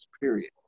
period